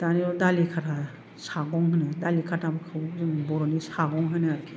दानियाव दालि खाथा सागं होनो दालि खाथाखौ जों बर'नि सागं होनो आरोखि